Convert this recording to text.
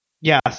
Yes